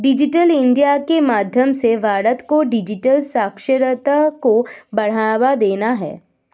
digital India के माध्यम से भारत को डिजिटल साक्षरता को बढ़ावा देना है